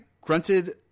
grunted